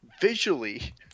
visually